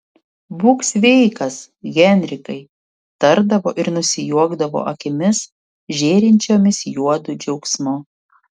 būk sveikas henrikai tardavo ir nusijuokdavo akimis žėrinčiomis juodu džiaugsmu